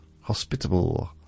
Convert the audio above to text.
hospitable